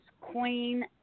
Queen